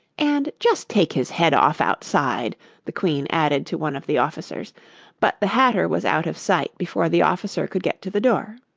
and just take his head off outside the queen added to one of the officers but the hatter was out of sight before the officer could get to the door.